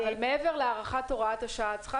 אבל מעבר להארכת הוראת השעה את צריכה